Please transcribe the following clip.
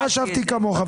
גם אני חשבתי כמוך,